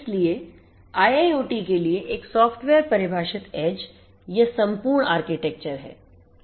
इसलिए IIoT के लिए एक सॉफ्टवेयर परिभाषित edge यह सम्पर्णarchitecture है